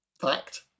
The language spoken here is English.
fact